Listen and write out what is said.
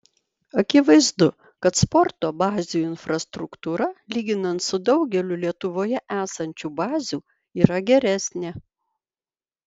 akivaizdu kad sporto bazių infrastruktūra lyginant su daugeliu lietuvoje esančių bazių yra geresnė